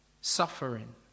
suffering